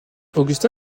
augusta